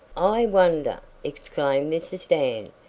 i wonder, exclaimed mrs. dan,